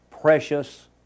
precious